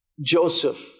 Joseph